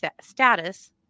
status